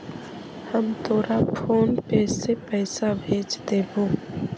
हम तोरा PhonePe से पईसा भेज देबो